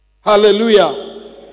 Hallelujah